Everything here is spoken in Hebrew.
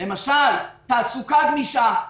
למשל תעסוקה גמישה,